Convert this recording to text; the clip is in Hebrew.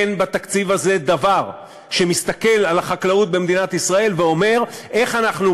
אין בתקציב הזה דבר שמסתכל על החקלאות במדינת ישראל ואומר: איך אנחנו,